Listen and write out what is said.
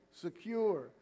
secure